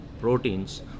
proteins